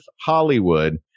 Hollywood